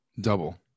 Double